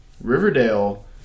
Riverdale